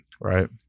Right